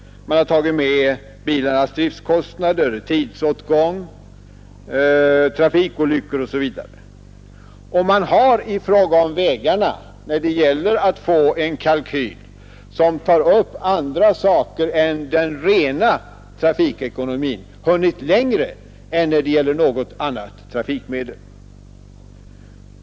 Man har tagit med bilarnas driftkostnader, tidsåtgången, trafikolyckor m.m. När det gäller att göra en kalkyl som beaktar även andra faktorer än den rena trafikekonomin har man beträffande vägarna hunnit längre än vad som är fallet beträffande något annat transportmedel.